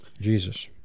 Jesus